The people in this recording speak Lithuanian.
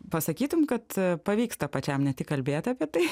pasakytum kad pavyksta pačiam ne tik kalbėti apie tai